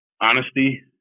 Honesty